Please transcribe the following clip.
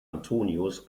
antonius